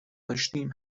داشتیم